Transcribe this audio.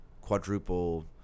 quadruple